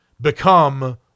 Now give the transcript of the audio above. become